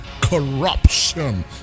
corruption